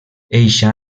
eixe